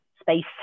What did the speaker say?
space